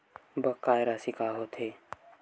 बकाया राशि का होथे?